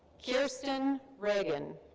kirsten regan.